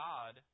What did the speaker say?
God